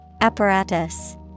Apparatus